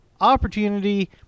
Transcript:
opportunity